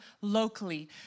locally